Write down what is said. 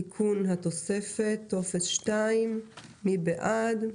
תיקון התוספת, טופס 2. מי בעד?